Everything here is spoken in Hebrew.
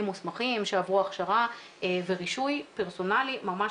מוסמכים שעברו הכשרה ורישוי פרסונלי ממש